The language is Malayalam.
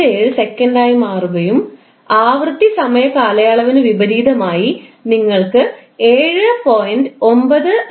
1257 സെക്കൻഡായി മാറുകയും ആവൃത്തി സമയ കാലയളവിനു വിപരീതമായി നിങ്ങൾക്ക് 7